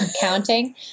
counting